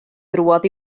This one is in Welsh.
drwodd